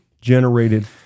generated